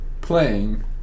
playing